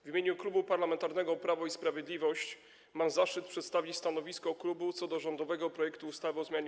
W imieniu Klubu Parlamentarnego Prawo i Sprawiedliwość mam zaszczyt przedstawić stanowisko klubu wobec rządowego projektu ustawy o zmianie